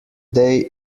day